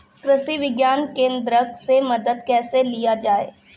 कृषि विज्ञान केन्द्रऽक से मदद कैसे लिया जाय?